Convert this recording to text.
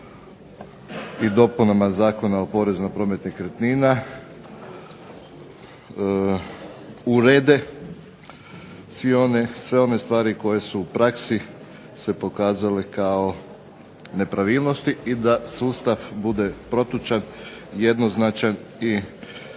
i dopunama Zakona o porezu na promet nekretnina urede sve one stvari koje su se u praksi pokazale kao nepravilnosti i da sustav bude protočan, jednoznačan i sa